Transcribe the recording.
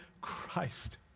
Christ